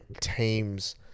team's